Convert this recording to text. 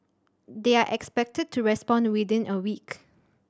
they are expected to respond within a week